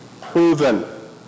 proven